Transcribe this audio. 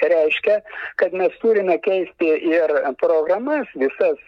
reiškia kad mes turime keisti ir programas visas